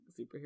superhero